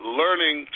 learning